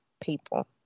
people